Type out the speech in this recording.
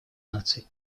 наций